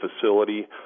facility